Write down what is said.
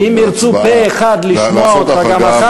אם ירצו פה-אחד לשמוע אותך גם אחר כך,